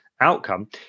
outcome